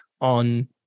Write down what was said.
on